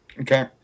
Okay